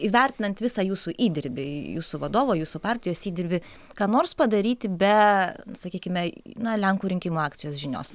įvertinant visą jūsų įdirbį jūsų vadovo jūsų partijos įdirbį ką nors padaryti be sakykime na lenkų rinkimų akcijos žinios